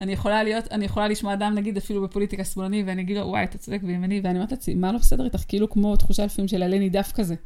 אני יכולה להיות, אני יכולה לשמוע אדם נגיד אפילו בפוליטיקה שמאלני, ואני אגיד לו, וואי, אתה צודק ימיני, ואני אומרת לו, מה לא בסדר איתך? כאילו כמו תחושה לפעמים של עלה נידף דווקא זה.